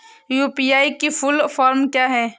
UPI की full form क्या है?